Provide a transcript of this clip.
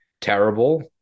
terrible